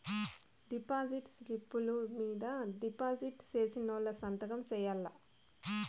deposit స్లిప్పులు మీద deposit సేసినోళ్లు సంతకం సేయాల్ల